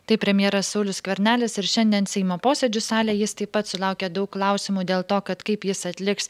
taip premjeras saulius skvernelis ir šiandien seimo posėdžių salėj jis taip pat sulaukė daug klausimų dėl to kad kaip jis atliks